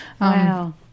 Wow